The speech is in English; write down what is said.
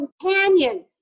companion